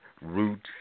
roots